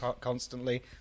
constantly